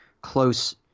close